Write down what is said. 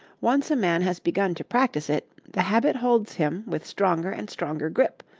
once a man has begun to practise it, the habit holds him with stronger and stronger grip,